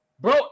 Bro